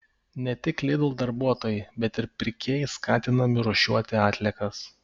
ne tik lidl darbuotojai bet ir pirkėjai skatinami rūšiuoti atliekas